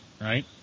Right